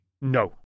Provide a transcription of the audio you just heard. No